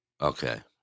Okay